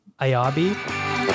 Ayabi